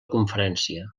conferència